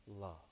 love